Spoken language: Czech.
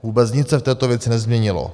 Vůbec nic se v této věci nezměnilo.